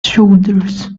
shoulders